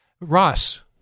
Ross